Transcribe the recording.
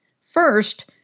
First